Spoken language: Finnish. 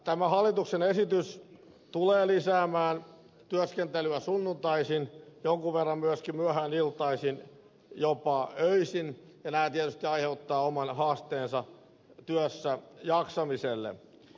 tämä hallituksen esitys tulee lisäämään työskentelyä sunnuntaisin jonkun verran myöskin myöhään iltaisin jopa öisin ja nämä tietysti aiheuttavat oman haasteensa työssäjaksamiselle